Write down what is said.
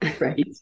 Right